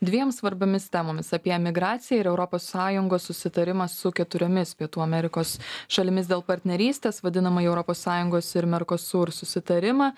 dviem svarbiomis temomis apie emigraciją ir europos sąjungos susitarimą su keturiomis pietų amerikos šalimis dėl partnerystės vadinamąjį europos sąjungos ir mercosur susitarimą